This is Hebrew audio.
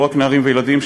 לא רק נערים וילדים,